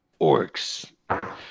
Orcs